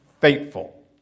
faithful